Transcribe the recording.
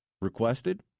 requested